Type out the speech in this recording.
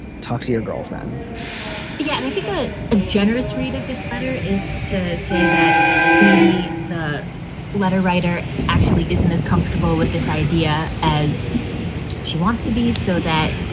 talk to your girlfriends yeah, and i think like a generous read of this other is to say that maybe the letter writer actually isn't as comfortable with this idea as she wants to be so that,